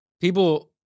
people